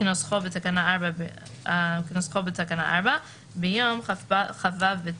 כנוסחו בתקנה 4 ביום כ"ו בטבת,